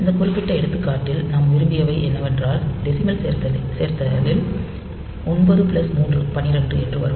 இந்த குறிப்பிட்ட எடுத்துக்காட்டில் நாம் விரும்பியவை என்னவென்றால் டெசிமல் சேர்த்தலில் 9 பிளஸ் 3 12 என்று வரும்